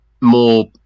more